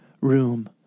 room